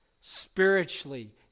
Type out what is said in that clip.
spiritually